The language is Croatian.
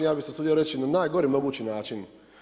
Ja bih se usudio reći na najgori mogući način.